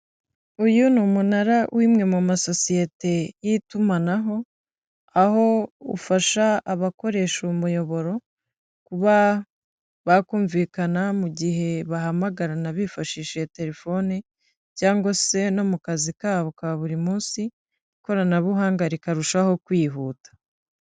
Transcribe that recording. Uyu ni umunara w'imwe mu masosiyete y'itumanaho, aho ufasha abakoresha umuyoboro kuba bakumvikana mu gihe bahamagarana bifashishije telefoni cyangwa se no mu kazi kabo ka buri munsi, ikoranabuhanga rikarushaho kwihuta.